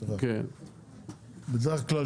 בדרך כלל,